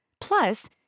Plus